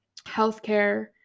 healthcare